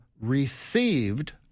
received